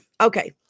Okay